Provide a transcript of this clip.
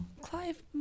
Clive